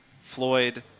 Floyd